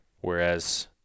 whereas